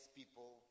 people